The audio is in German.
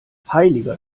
heiliger